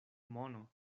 mono